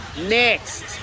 Next